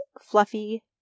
Fluffy